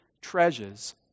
treasures